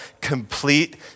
complete